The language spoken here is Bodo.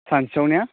सानसेआव ने